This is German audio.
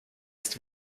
ist